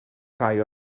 rhai